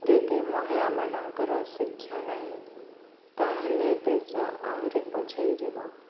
ଯଦି ମହିଳାମାନଙ୍କର ଶିକ୍ଷା ନାହିଁ ତାହେଲେ ଦେଶ ଆହୁରି ପଛାଇ ଯିବ